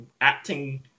acting